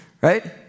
right